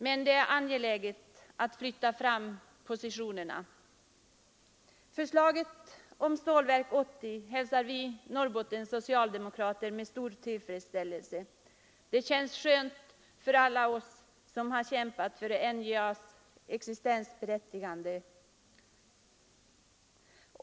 Men det är angeläget att flytta fram positionerna. Förslaget om Stålverk 80 hälsar Norrbottens socialdemokrater med stor tillfredsställelse. Det känns skönt för alla oss som har kämpat för NJA:s existensberättigande.